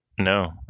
No